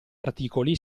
articoli